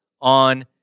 on